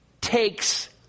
takes